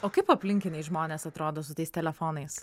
o kaip aplinkiniai žmonės atrodo su tais telefonais